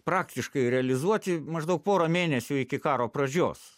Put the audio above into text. praktiškai realizuoti maždaug pora mėnesių iki karo pradžios